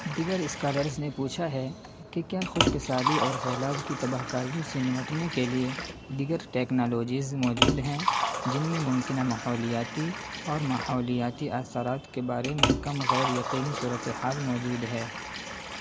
دیگر اسکالرز نے پوچھا ہے کہ کیا خشک سالی اور سیلاب کی تباہ کاریوں سے نمٹنے کے لیے دیگر ٹیکنالوجیز موجود ہیں جن میں ممکنہ ماحولیاتی اور ماحولیاتی اثرات کے بارے میں کم غیر یقینی صورتحال موجود ہے